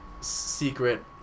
secret